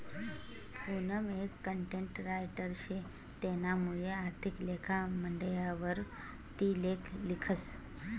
पूनम एक content writer शे तेनामुये आर्थिक लेखा मंडयवर ती लेख लिखस